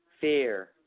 fear